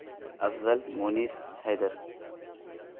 Afzal Munis Haider